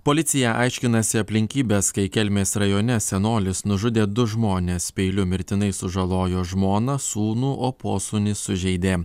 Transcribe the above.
policija aiškinasi aplinkybes kai kelmės rajone senolis nužudė du žmones peiliu mirtinai sužalojo žmoną sūnų o posūnį sužeidė